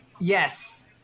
yes